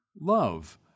love